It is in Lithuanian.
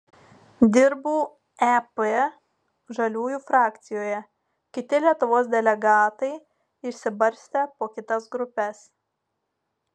dirbu ep žaliųjų frakcijoje kiti lietuvos delegatai išsibarstę po kitas grupes